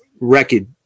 record